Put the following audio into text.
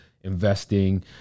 investing